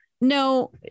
No